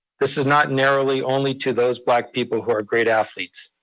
this is not narrowly only to those black people who are great athletes.